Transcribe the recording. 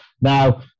Now